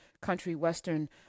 country-western